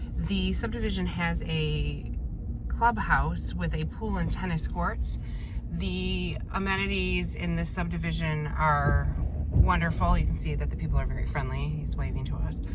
the subdivision has a clubhouse with a pool and tennis courts the amenities in this subdivision are wonderful you can see that the people are very friendly, he's waving to us.